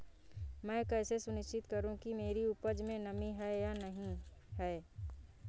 मैं कैसे सुनिश्चित करूँ कि मेरी उपज में नमी है या नहीं है?